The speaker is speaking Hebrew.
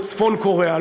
או לצפון-קוריאה.